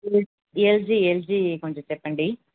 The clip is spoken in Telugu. ఎల్జి ఎల్జి కొంచెం చెప్పండి